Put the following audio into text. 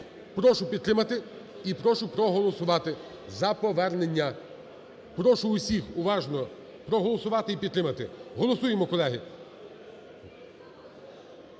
прошу підтримати і прошу проголосувати за повернення, прошу всіх уважно проголосувати і підтримати. Голосуємо, колеги,